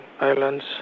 islands